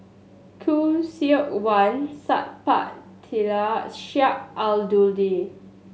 Khoo Seok Wan Sat Pal Khattar Sheik Alau'ddin